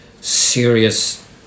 serious